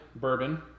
bourbon